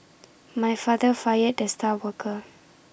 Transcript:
my father fired the star worker